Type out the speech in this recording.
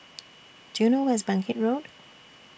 Do YOU know Where IS Bangkit Road